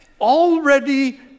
already